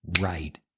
right